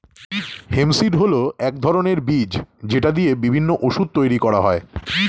hemp seed হল এক ধরনের বীজ যেটা দিয়ে বিভিন্ন ওষুধ তৈরি করা হয়